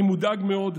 אני מודאג מאוד,